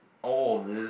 all of this